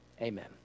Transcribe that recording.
amen